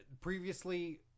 previously